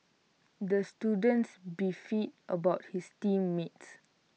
the student beefed about his team mates